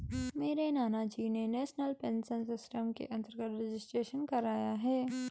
मेरे नानाजी ने नेशनल पेंशन सिस्टम के अंतर्गत रजिस्ट्रेशन कराया है